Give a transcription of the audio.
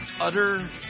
utter